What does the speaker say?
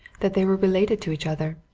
that they were related to each other.